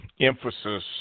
emphasis